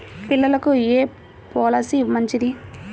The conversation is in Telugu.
పిల్లలకు ఏ పొలసీ మంచిది?